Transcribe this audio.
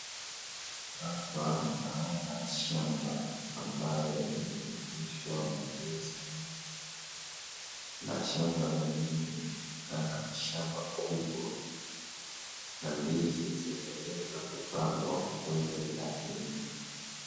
Hapa naona shamba ambayo imemeeshwa mandizi mingi na shamba la nje linaonekana shamba kubwa na ndizi zimeeza kupangwa kwenye laini.